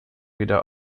wieder